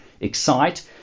excite